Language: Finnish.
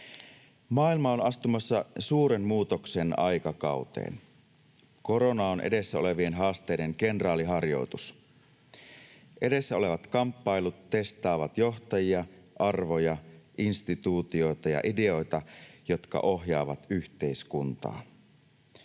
”Maailma on astumassa suuren muutoksen aikakauteen. Korona on edessä olevien haasteiden kenraaliharjoitus. Edessä olevat kamppailut testaavat johtajia, arvoja, instituutioita ja ideoita, jotka ohjaavat yhteiskuntaa.”